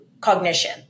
cognition